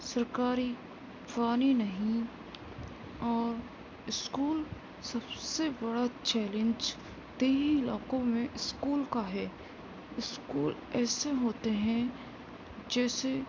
سرکاری پانی نہیں اور اسکول سب سے بڑا چیلنج دیہی علاقوں میں اسکول کا ہے اسکول ایسے ہوتے ہیں جیسے